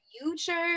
future